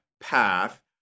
path